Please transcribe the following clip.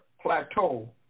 Plateau